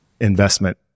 investment